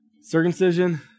circumcision